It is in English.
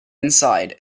inside